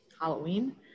Halloween